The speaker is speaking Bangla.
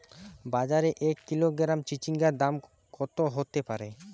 বাজারে এক কিলোগ্রাম চিচিঙ্গার দাম কত হতে পারে?